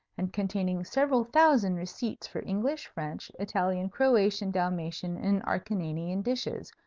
and containing several thousand receipts for english, french, italian, croatian, dalmatian, and acarnanian dishes,